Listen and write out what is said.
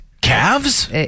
Calves